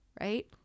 right